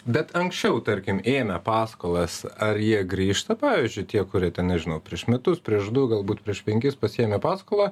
bet anksčiau tarkim ėmę paskolas ar jie grįžta pavyzdžiui tie kurie ten nežinau prieš metus prieš du galbūt prieš penkis pasiėmė paskolą